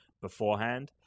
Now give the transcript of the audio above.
beforehand